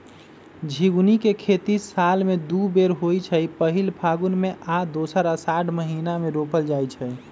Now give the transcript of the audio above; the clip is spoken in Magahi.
झिगुनी के खेती साल में दू बेर होइ छइ पहिल फगुन में आऽ दोसर असाढ़ महिना मे रोपल जाइ छइ